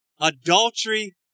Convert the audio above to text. adultery